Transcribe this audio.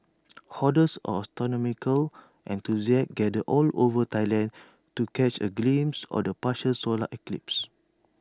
hordes of astronomical enthusiasts gathered all over Thailand to catch A glimpse of the partial solar eclipse